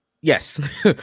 Yes